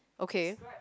okay